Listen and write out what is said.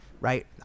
right